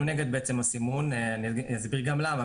אנחנו נגד הסימון, אני אסביר גם למה.